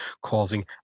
causing